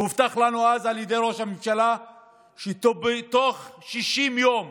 והובטח לנו אז על ידי ראש הממשלה שבתוך 60 יום